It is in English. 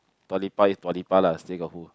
Dua-Lipa is Dua-Lipa lah still got who